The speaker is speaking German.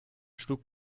schlug